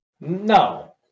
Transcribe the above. No